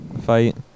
fight